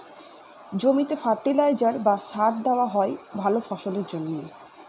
জমিতে ফার্টিলাইজার বা সার দেওয়া হয় ভালা ফসলের জন্যে